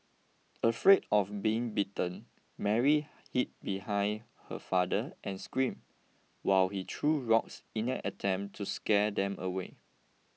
afraid of being bitten Mary hid behind her father and screamed while he threw rocks in an attempt to scare them away